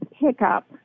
pickup